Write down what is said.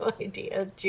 idea